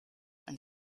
and